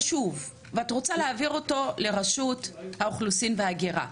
חשוב ואת רוצה להעביר אותו לרשות האוכלוסין וההגירה.